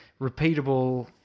repeatable